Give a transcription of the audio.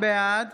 בעד